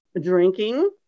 drinking